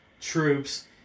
troops